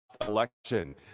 election